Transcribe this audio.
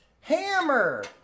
hammer